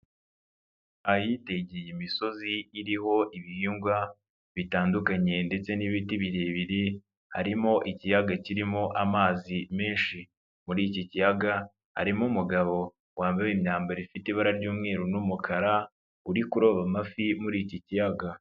Ahitegeye imisozi iriho ibihingwa bitandukanye ndetse n'ibiti birebire harimo ikiyaga kirimo amazi menshi, muri iki kiyaga harimo umugabo wambaye imyambaro ifite ibara ry'umweru n'umukara uri kuroba amafi muri iki kiyaga.